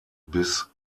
bis